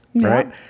Right